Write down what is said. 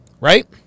right